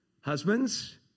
Husbands